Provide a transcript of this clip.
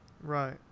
right